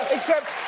except,